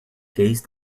gazed